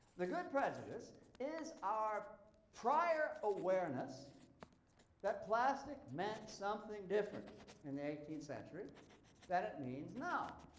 the good prejudice is our prior awareness that plastic meant something different in the eighteenth century than it means now.